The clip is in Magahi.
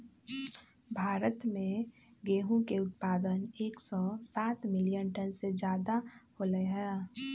भारत में गेहूं के उत्पादन एकसौ सात मिलियन टन से ज्यादा होलय है